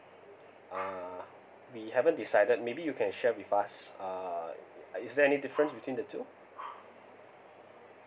uh we haven't decided maybe you can share with us err is there any difference between the two